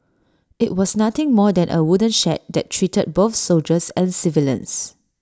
IT was nothing more than A wooden shed that treated both soldiers and civilians